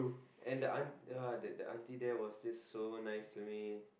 and the aunt ya the the auntie was just so nice to me